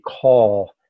call